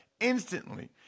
instantly